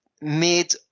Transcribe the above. made